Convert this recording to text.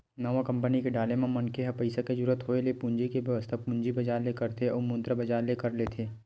नवा कंपनी के डाले म मनखे ह पइसा के जरुरत होय ले पूंजी के बेवस्था पूंजी बजार ले करथे अउ मुद्रा बजार ले कर लेथे